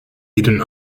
hidden